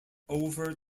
over